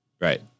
Right